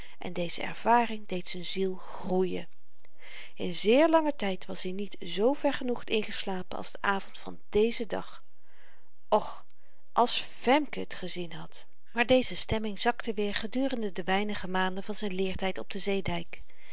en deze ervaring deed z'n ziel groeien in zeer langen tyd was-i niet zoo vergenoegd ingeslapen als den avond van dezen dag och als femke t gezien had maar deze stemming zakte weer gedurende de weinige maanden van z'n leertyd op den zeedyk